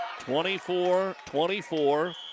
24-24